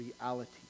reality